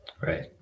Right